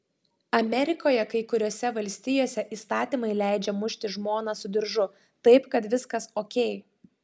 amerikoje kai kuriose valstijose įstatymai leidžia mušti žmoną su diržu taip kad viskas okei